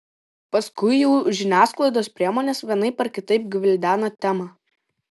paskui jau žiniasklaidos priemonės vienaip ar kitaip gvildena temą